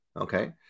okay